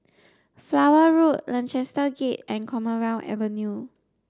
Flower Road Lancaster Gate and Commonwealth Avenue